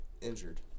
injured